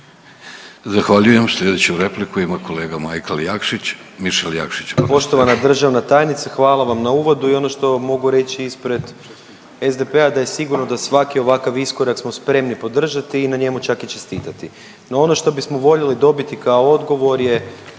Zahvaljujem. Slijedeću repliku ima kolega Majkl Jakšić, Mišel Jakšić.